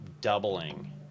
doubling